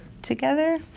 together